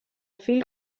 fill